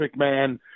McMahon